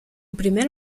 primer